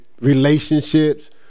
relationships